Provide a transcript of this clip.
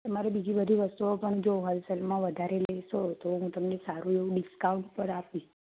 અમારે બીજી બધી વસ્તુઓ પણ જો હોલસેલમાં વધારે લેસો તો હું તમને સારું એવું ડિસ્કાઉન્ટ પર આપીસ